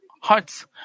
hearts